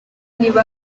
niba